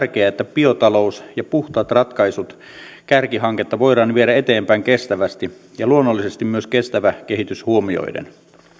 biotalous ja puhtaat ratkaisut kärkihanketta voidaan viedä eteenpäin kestävästi ja luonnollisesti myös kestävä kehitys huomioiden